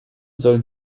sollen